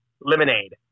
Lemonade